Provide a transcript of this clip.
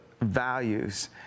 values